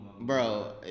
Bro